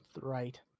right